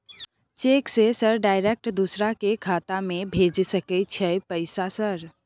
Cheque से sir direct दूसरा के खाता में भेज सके छै पैसा सर?